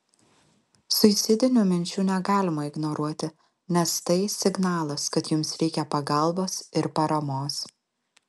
suicidinių minčių negalima ignoruoti nes tai signalas kad jums reikia pagalbos ir paramos